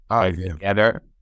together